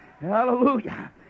Hallelujah